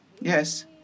Yes